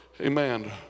Amen